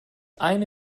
eine